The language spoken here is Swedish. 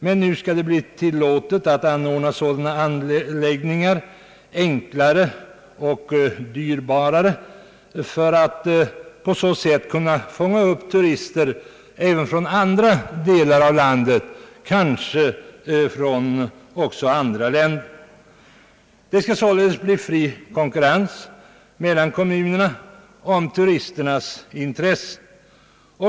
Men nu skall det bli tillåtet att anordna sådana anläggningar, enklare och mera dyrbara, för att kunna fånga upp turister även från andra delar av landet, kanske också från andra länder. Det skall således bli fri konkurrens mellan kommunerna om turisternas intressen.